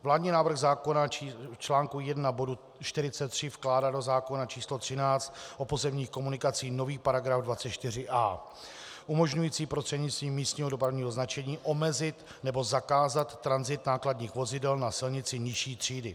Vládní návrh zákona v článku 1 bodu 43 vkládá do zákona č. 13/1997 Sb., o pozemních komunikacích, nový § 24a umožňující prostřednictvím místního dopravního značení omezit nebo zakázat tranzit nákladních vozidel na silnici nižší třídy.